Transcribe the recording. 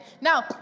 Now